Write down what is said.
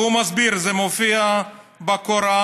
והוא מסביר: זה מופיע בקוראן,